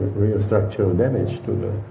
real structural damage to the.